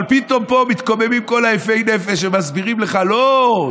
אבל פתאום פה מתקוממים כל היפי נפש ומסבירים לך: לא,